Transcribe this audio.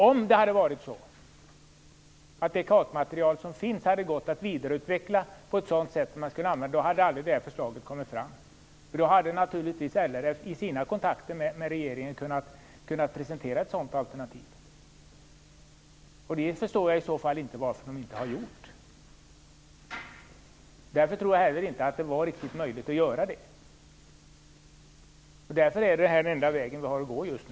Om det hade varit så att det kartmaterial som finns hade gått att vidareutveckla på ett sådant sätt att man kunnat använda det hade det här förslaget aldrig kommit fram. Då hade LRF naturligtvis i sina kontakter med regeringen kunnat presentera ett sådant alternativ. I så fall förstår jag inte varför man inte har gjort det. Därför tror jag inte heller att det var möjligt att göra det, och därför är det här den enda väg vi kan gå just nu.